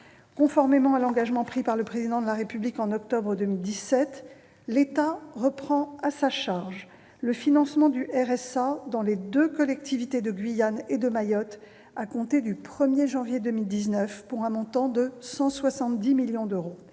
Conformément à l'engagement pris par le Président de la République en octobre 2017, l'État reprend à sa charge le financement du RSA dans les deux collectivités de Guyane et de Mayotte à compter du 1 janvier 2019, pour un montant de 170 millions d'euros.